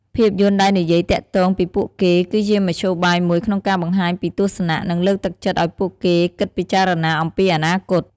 ភាពយន្តដែលនិយាយទាក់ទងពីពួកគេ គឺជាមធ្យោបាយមួយក្នុងការបង្ហាញពីទស្សនៈ និងលើកទឹកចិត្តឱ្យពួកគេគិតពិចារណាអំពីអនាគត។